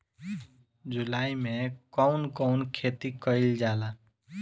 जुलाई मे कउन कउन खेती कईल जाला?